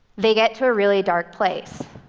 they get to a really dark place.